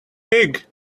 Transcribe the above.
pig